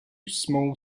small